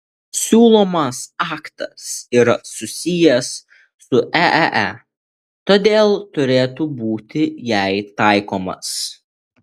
siūlomas aktas yra susijęs su eee todėl turėtų būti jai taikomas